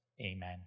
amen